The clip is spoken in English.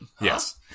yes